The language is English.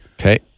Okay